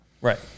right